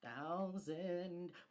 thousand